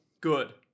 Good